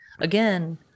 again